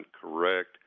correct